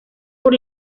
por